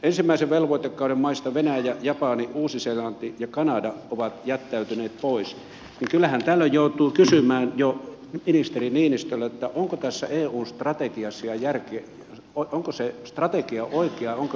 ensimmäisen velvoitekauden maista venäjä japani uusi seelanti ja kanada ovat jättäytyneet pois ja kyllähän tällöin joutuu kysymään jo ministeri niinistöltä onko tämä eu strategia oikea onko se järkevä